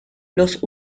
los